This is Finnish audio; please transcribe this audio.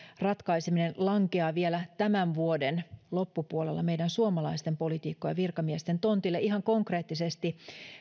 ratkaiseminen lankeaa vielä tämän vuoden loppupuolella meidän suomalaisten poliitikkojen ja virkamiesten tontille ihan konkreettisesti